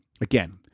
Again